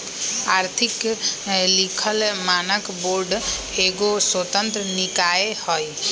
आर्थिक लिखल मानक बोर्ड एगो स्वतंत्र निकाय हइ